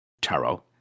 tarot